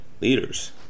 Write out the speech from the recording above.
leaders